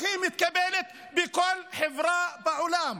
הכי מתקבלת בכל חברה בעולם.